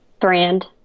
brand